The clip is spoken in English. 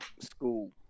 school